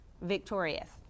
victorious